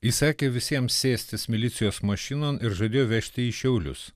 įsakė visiems sėstis milicijos mašinon ir žadėjo vežti į šiaulius